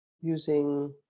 using